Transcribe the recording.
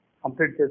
complete